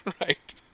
right